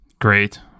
Great